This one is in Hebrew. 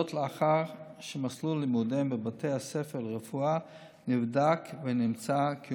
לאחר שמסלול לימודיהם בבתי הספר לרפואה נבדק ונמצא שהוא